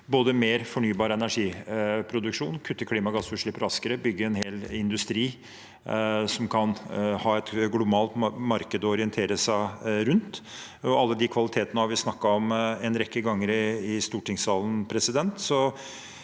mer fornybar energiproduksjon, kutte klimagassutslipp raskere og bygge en hel industri som kan ha et globalt marked å orientere seg i. Alle de kvalitetene har vi snakket om en rekke ganger i stortingssalen. Så jeg